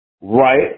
right